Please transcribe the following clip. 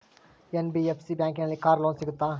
NBFC ಬ್ಯಾಂಕಿನಲ್ಲಿ car loan ಸಿಗುತ್ತಾ?